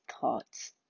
thoughts